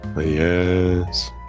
yes